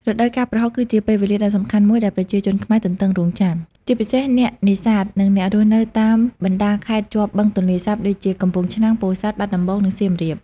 រដូវកាលប្រហុក គឺជាពេលវេលាដ៏សំខាន់មួយដែលប្រជាជនខ្មែរទន្ទឹងរង់ចាំ ជាពិសេសអ្នកនេសាទ និងអ្នករស់នៅតាមបណ្តាខេត្តជាប់បឹងទន្លេសាបដូចជា កំពង់ឆ្នាំង ពោធិ៍សាត់ បាត់ដំបង និងសៀមរាប។